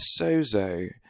sozo